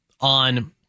on –